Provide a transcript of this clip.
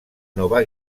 nova